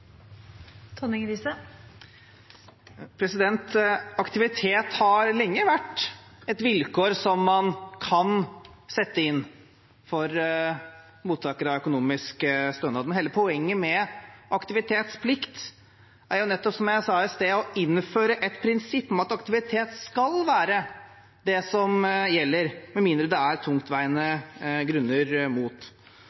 einig med Arbeidarpartiet. Aktivitet har lenge vært et vilkår som man kan sette inn for mottakere av økonomisk stønad, men hele poenget med aktivitetsplikt er jo nettopp, som jeg sa i sted, å innføre et prinsipp om at aktivitet skal være det som gjelder, med mindre det er tungtveiende